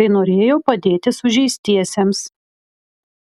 kai norėjo padėti sužeistiesiems